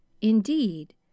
indeed